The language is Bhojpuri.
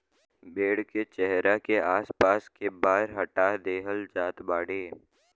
भेड़ के चेहरा के आस पास के बार हटा देहल जात बाटे